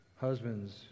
husbands